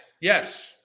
yes